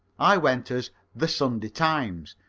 i went as the sunday times,